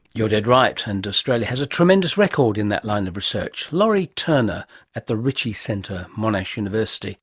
you're dead right. and australia has a tremendous record in that line of research. lori turner at the ritchie centre, monash university